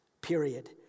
period